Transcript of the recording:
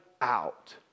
out